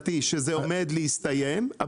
מתריע שזה עומד להסתיים,